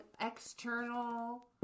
external